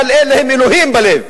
אבל אין להם אלוהים בלב.